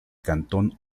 cantón